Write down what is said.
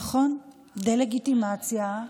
נכון, דה-לגיטימציה.